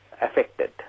affected